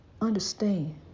understand